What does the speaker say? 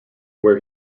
where